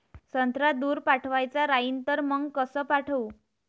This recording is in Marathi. संत्रा दूर पाठवायचा राहिन तर मंग कस पाठवू?